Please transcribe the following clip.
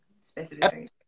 specifically